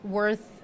Worth